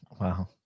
wow